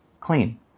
clean